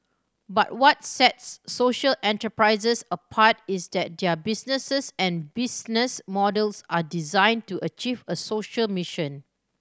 but what sets social enterprises apart is that their businesses and business models are designed to achieve a social mission